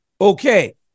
Okay